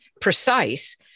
precise